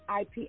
IP